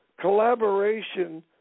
collaboration